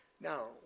now